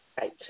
Right